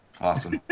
Awesome